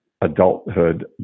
adulthood